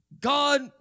God